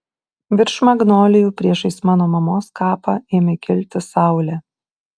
virš magnolijų priešais mano mamos kapą ėmė kilti saulė